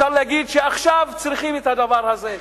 אפשר להגיד שעכשיו צריכים את הדבר הזה.